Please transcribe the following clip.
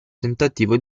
tentativo